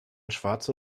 schwarze